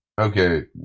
Okay